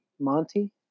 monty